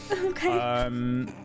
Okay